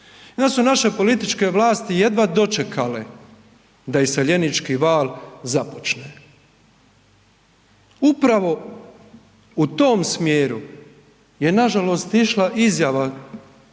onda su naše političke vlasti jedva dočekale da iseljenički val započne. Upravo u tom smjeru je nažalost išla izjava